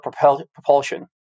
propulsion